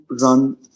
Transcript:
run